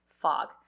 fog